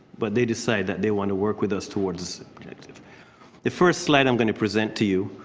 but they decide that they want to work with us towards the first side i'm going to present to you